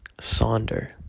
sonder